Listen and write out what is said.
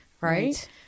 Right